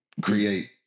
create